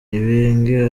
ibenge